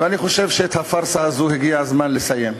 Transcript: ואני חושב שאת הפארסה הזאת הגיע הזמן לסיים.